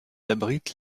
abritent